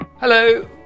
Hello